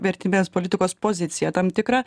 vertybinės politikos poziciją tam tikrą